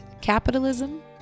capitalism